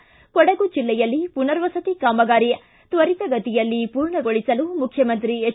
ಿ ಕೊಡಗು ಜಿಲ್ಲೆಯಲ್ಲಿ ಪುನರ್ವಸತಿ ಕಾಮಗಾರಿ ತ್ವರಿತಗತಿಯಲ್ಲಿ ಪೂರ್ಣಗೊಳಸಲು ಮುಖ್ಯಮಂತ್ರಿ ಎಚ್